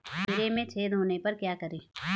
खीरे में छेद होने पर क्या करें?